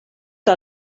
que